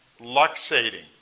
luxating